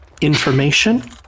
Information